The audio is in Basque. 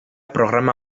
programa